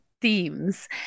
themes